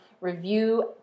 review